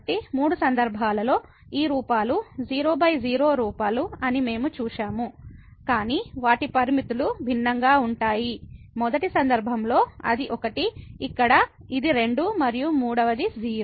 కాబట్టి మూడు సందర్భాల్లో ఈ రూపాలు 00 రూపాలు అని మనం చూశాము కానీ వాటి లిమిట్ లు భిన్నంగా ఉంటాయి మొదటి సందర్భంలో అది 1 ఇక్కడ ఇది 2 మరియు మూడవది 0